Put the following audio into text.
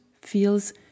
feels